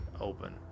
open